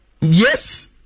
Yes